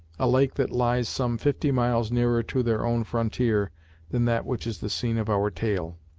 a lake that lies some fifty miles nearer to their own frontier than that which is the scene of our tale.